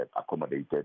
accommodated